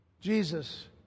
Jesus